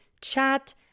chat